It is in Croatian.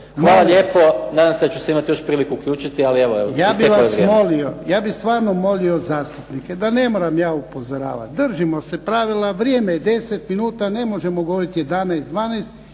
Hvala lijepo, nadam se da ću se imati priliku još uključiti ali evo isteklo je vrijeme. **Jarnjak, Ivan (HDZ)** Ja bih molio, ja bih stvarno molio zastupnike da ne bih morao ja upozoravati, držimo se pravila, vrijeme je 10 minuta, ne možemo govoriti 11, 12,